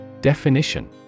Definition